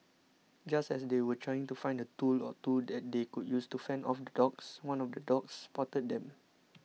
just as they were trying to find a tool or two that they could use to fend off the dogs one of the dogs spotted them